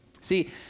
See